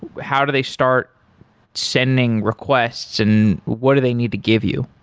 how do they start sending requests and what do they need to give you?